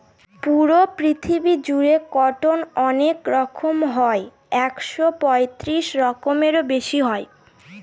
পুরো পৃথিবী জুড়ে কটন অনেক রকম হয় একশো পঁয়ত্রিশ রকমেরও বেশি হয়